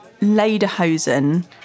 Lederhosen